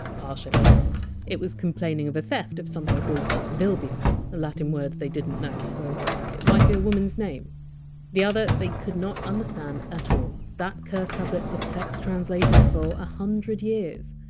partially it was complaining of a theft of something called! vilbia, a latin word they didn't know, so it might be a woman's name the other, they couldn't understand at all. that curse tablet perplexed translators for a hundred years.